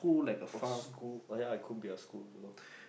or school oh ya it could be a school also